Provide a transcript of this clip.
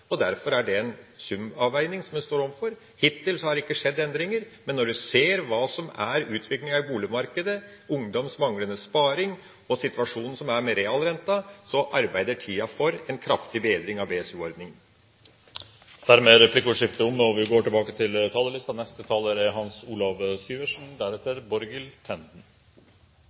og derfor er dette en sum-avveining som vi står overfor. Hittil har det ikke skjedd endringer, men når du ser hva som er utviklinga i boligmarkedet – ungdoms manglende sparing og situasjonen med realrenta – så arbeider tida for en kraftig bedring av BSU-ordninga. Replikkordskiftet er omme. Jeg lyttet med interesse på det jeg nesten må kalle en slags kjærlighetserklæring fra Høyre til Senterungdommen, og det er